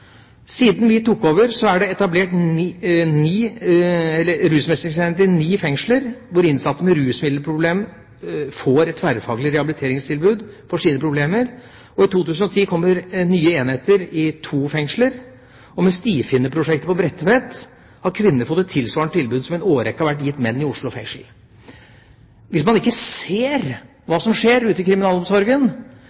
Siden vi tok over, er det etablert rusmestringsenheter i ni fengsler, hvor innsatte med rusproblemer får et tverrfaglig rehabiliteringstilbud for sine problemer. I 2010 kommer nye enheter i to fengsler. Med Stifinnerprosjektet ved Bredtveit fengsel har kvinnene fått et tilsvarende tilbud som i en årrekke har vært gitt menn i Oslo fengsel. Hvis man ikke ser